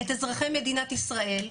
את אזרחי מדינת ישראל.